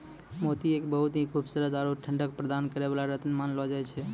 मोती एक बहुत हीं खूबसूरत आरो ठंडक प्रदान करै वाला रत्न मानलो जाय छै